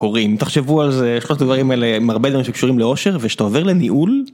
הורים תחשבו על זה שלושת הדברים האלה הם הרבה דברים שקשורים לאושר ושתעבר לניהול.